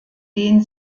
den